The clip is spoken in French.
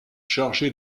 chargée